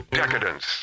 decadence